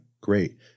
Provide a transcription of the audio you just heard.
great